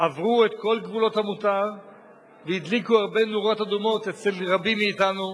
עברו את כל גבולות המותר והדליקו הרבה נורות אדומות אצל רבים מאתנו,